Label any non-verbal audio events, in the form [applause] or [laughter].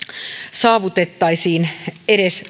saavutettaisiin edes [unintelligible]